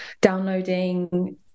downloading